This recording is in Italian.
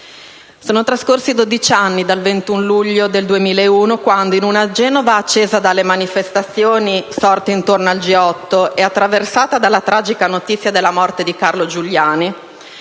Sono trascorsi dodici anni dal 21 luglio 2001, quando, in una Genova accesa dalle manifestazioni sorte intorno al G8 e attraversata della tragica notizia della morte di Carlo Giuliani,